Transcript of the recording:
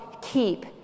keep